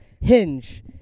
Hinge